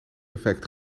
effect